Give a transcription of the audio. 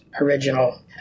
original